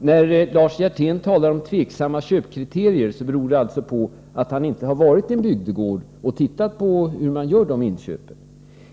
När Lars Hjertén talar om tveksamma inköpskriterier beror det antagligen på att han inte har varit i en bygdegård och tittat på hur man där gör inköpen.